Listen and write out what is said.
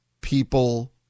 people